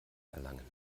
erlangen